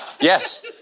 Yes